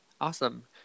Awesome